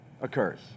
occurs